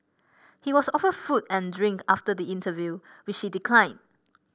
he was offered food and drink after the interview which he declined